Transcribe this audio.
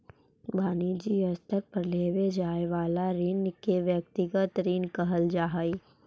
वनिजी स्तर पर लेवे जाए वाला ऋण के व्यक्तिगत ऋण कहल जा हई